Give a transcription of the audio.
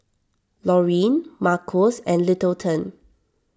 Loreen Marcos and Littleton